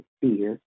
fear